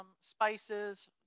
spices